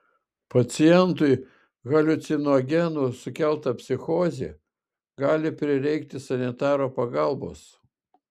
pacientui haliucinogenų sukelta psichozė gali prireikti sanitaro pagalbos